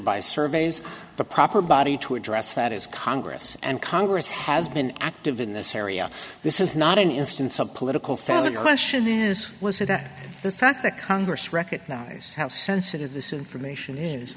by surveys the proper body to address that is congress and congress has been active in this area this is not an instance of political fouling the question is was it that the fact the congress recognize how sensitive this information is